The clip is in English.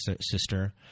sister